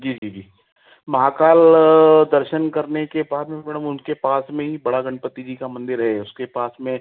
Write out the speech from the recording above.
जी जी महाकाल दर्शन करने के बाद मैडम उसके पास में ही बड़ा गणपति जी का मंदिर है उसके पास में